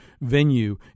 venue